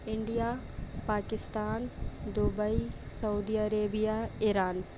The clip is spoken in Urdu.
انڈیا پاکستان دبئی سعودی عربیہ ایران